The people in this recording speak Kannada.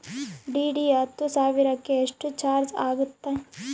ಡಿ.ಡಿ ಹತ್ತು ಸಾವಿರಕ್ಕೆ ಎಷ್ಟು ಚಾಜ್೯ ಆಗತ್ತೆ?